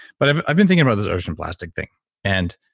but i've i've been thinking about this ocean plastic thing and